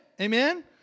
amen